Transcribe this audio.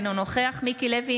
אינו נוכח מיקי לוי,